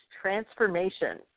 transformation